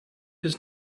his